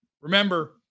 Remember